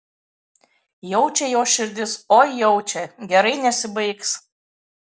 jaučia jos širdis oi jaučia gerai nesibaigs